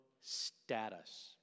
status